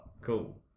cool